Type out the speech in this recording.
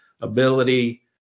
ability